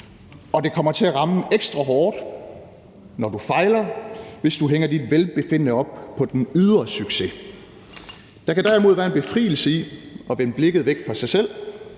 og det kommer til at ramme ekstra hårdt, når du fejler, hvis du hænger dit velbefindende op på den ydre succes. Der kan derimod være en befrielse i at vende blikket væk fra sig selv.